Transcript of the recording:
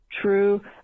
true